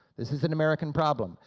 this is an american problem.